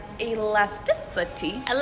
Elasticity